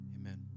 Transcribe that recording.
amen